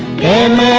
in